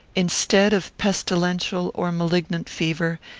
instead of pestilential or malignant fever,